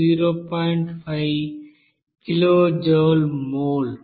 5 kilojoule mole